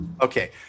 Okay